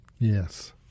Yes